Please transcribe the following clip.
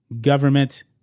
government